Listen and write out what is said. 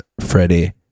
Freddie